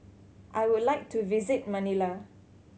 I would like to visit Manila